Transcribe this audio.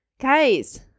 Guys